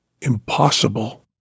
Impossible